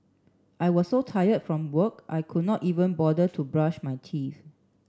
I was so tired from work I could not even bother to brush my teeth